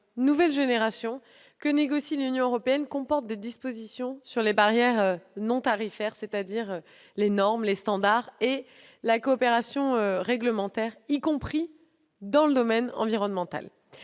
nouvelle génération » que négocie l'Union européenne comportent des dispositions sur les barrières non tarifaires, c'est-à-dire les normes, les standards et la coopération réglementaire, y compris dans le domaine environnemental.